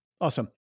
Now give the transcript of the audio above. Awesome